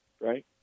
right